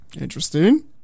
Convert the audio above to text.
Interesting